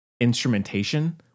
instrumentation